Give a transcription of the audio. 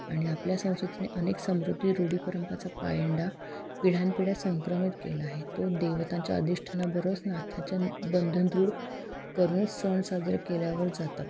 आणि आपल्या संस्कृतीने अनेक समृद्धी रूढी परंपरेचा पायंडा पिढ्यानपिढ्या संक्रमित केला आहे तो देवतांच्या अधिष्ठाना बरंच नात्याच्या बंधन दृढ करून सण साजरे केल्यावर जातात